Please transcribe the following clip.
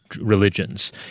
religions